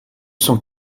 cent